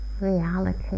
reality